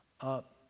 up